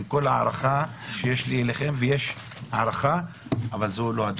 עם כל ההערכה שיש לי אליכם ויש הערכה - זו לא הדרך.